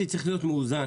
אמרתי שצריך להיות מאוזן,